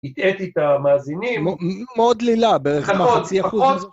‫הטעיתי את המאזינים... ‫- מאוד דלילה, באחד וחצי אחוז - נכון, נכון